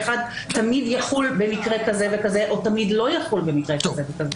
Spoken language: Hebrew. תמיד יחול במקרה כזה וכזה או תמיד לא יחול במקרה כזה וכזה.